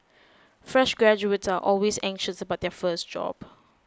fresh graduates are always anxious about their first job